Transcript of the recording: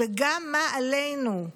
וגם מה עלינו,